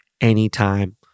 anytime